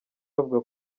bavuga